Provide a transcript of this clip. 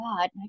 god